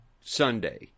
Sunday